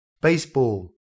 Baseball